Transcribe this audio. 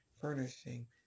furnishing